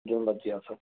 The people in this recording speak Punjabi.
ਜਿਵੇਂ ਮਰਜ਼ੀ ਆ ਸਕਦੇ